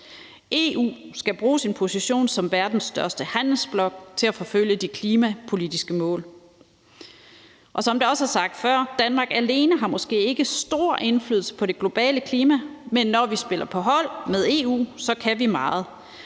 EU skal bruge sin position som verdens største handelsblok til at forfølge de klimapolitiske mål. Og som det også er sagt før: Danmark alene har måske ikke stor indflydelse på det globale klima, men når vi spiller på hold med EU, kan vi meget,